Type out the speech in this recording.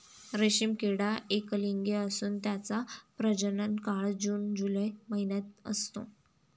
रेशीम किडा एकलिंगी असून त्याचा प्रजनन काळ जून जुलै महिन्यात असतो